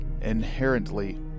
inherently